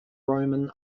roman